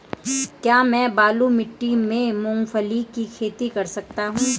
क्या मैं बालू मिट्टी में मूंगफली की खेती कर सकता हूँ?